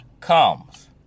comes